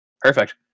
perfect